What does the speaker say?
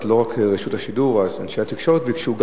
לא רק רשות השידור ואנשי התקשורת ביקשו.